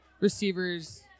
receivers